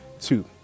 Two